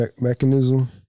mechanism